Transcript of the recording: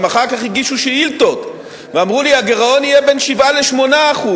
גם אחר כך הגישו שאילתות ואמרו לי: הגירעון יהיה בין 7% ל-8%,